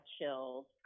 chills